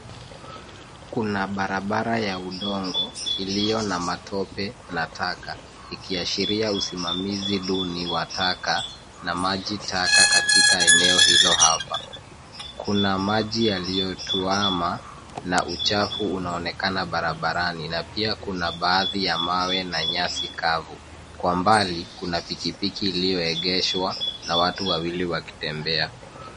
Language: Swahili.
Kuna barabara ya udongo iliyo na matope la taka ikiashiria usimamizi duni wa taka na maji taka katika eneo hilo hapa. Kuna maji yaliyotuama na uchafu unaonekana barabarani na pia kuna baadhi ya mawe na nyasi kavu. Kwa mbali kuna pikipiki iliyoegeshwa na watu wawili wakitembea.